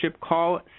call